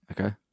Okay